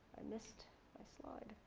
i missed my slide.